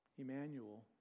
Emmanuel